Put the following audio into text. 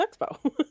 Expo